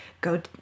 go